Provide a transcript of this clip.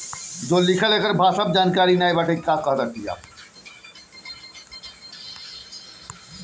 पहिला से स्वपरागण कहल जाला अउरी दुसरका के परपरागण